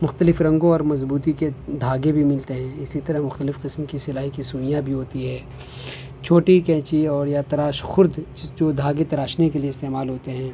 مختلف رنگوں اور مضبوطی کے دھاگے بھی ملتے ہیں اسی طرح مختلف قسم کی سلائی کی سوئیاں بھی ہوتی ہے چھوٹی قینچی اور یا تراش خرد جو دھاگے تراشنے کے لیے استعمال ہوتے ہیں